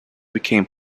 became